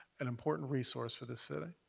an important resource for this city.